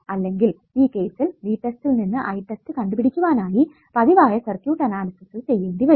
അല്ലെങ്കിൽ ഈ കേസിൽ V test ഇൽ നിന്ന് I test കണ്ടുപിടിക്കുവാനായി പതിവായ സർക്യൂട്ട് അനാലിസിസ് ചെയ്യേണ്ടി വരും